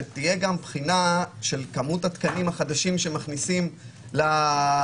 שתהיה גם בחינה של כמות התקנים החדשים שמכניסים לבית